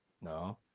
No